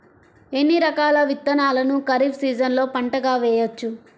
ఎన్ని రకాల విత్తనాలను ఖరీఫ్ సీజన్లో పంటగా వేయచ్చు?